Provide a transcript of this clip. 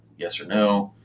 yes, or no.